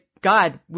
God